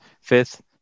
fifth